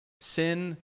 sin